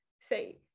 say